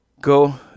go